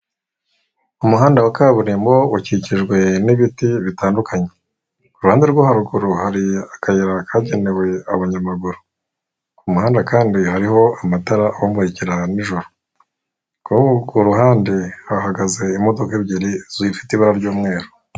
Umuhanda wa kaburimbo ukikijwe n'ibiti bitandukanye, ku ruhande rwo haruguru hari akayira kagenewe abanyamaguru, ku muhanda kandi hariho amatara ahamurikira n'ijoro, kuruhande hahagaze imodoka ebyiri ziyifite ibara ry'umweru.